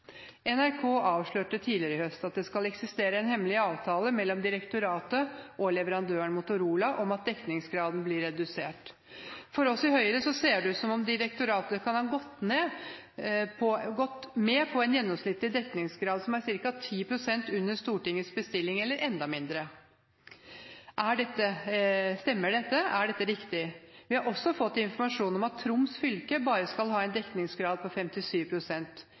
NRK avslørte tidligere i høst at det skal eksistere en hemmelig avtale mellom direktoratet og leverandøren, Motorola, om at dekningsgraden blir redusert. For oss i Høyre ser det ut som om direktoratet kan ha gått med på en gjennomsnittlig dekningsgrad som er ca. 10 pst. under Stortingets bestilling, eller enda mindre. Stemmer dette, er dette riktig? Vi har også fått informasjon om at Troms fylke bare skal ha en dekningsgrad på